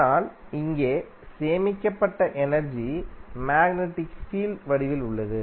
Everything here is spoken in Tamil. ஆனால் இங்கே சேமிக்கப்பட்ட எனர்ஜி மேக்னடிக் ஃபீல்ட் வடிவத்தில் உள்ளது